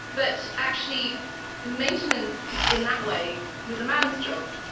but actually maintenance in that way was a man's job.